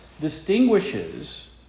distinguishes